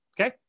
Okay